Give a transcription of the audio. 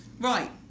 right